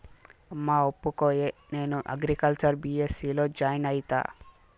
అమ్మా ఒప్పుకోయే, నేను అగ్రికల్చర్ బీ.ఎస్.సీ లో జాయిన్ అయితా